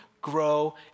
grow